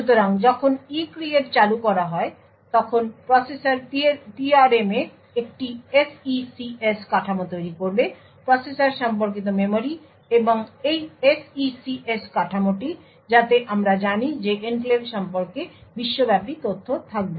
সুতরাং যখন ECREATE চালু করা হয় তখন প্রসেসর PRM এ একটি SECS কাঠামো তৈরি করবে প্রসেসর সম্পর্কিত মেমরি এবং এই SECS কাঠামোটি যাতে আমরা জানি যে এনক্লেভ সম্পর্কে বিশ্বব্যাপী তথ্য থাকবে